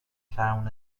فرمون